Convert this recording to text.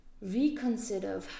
reconsider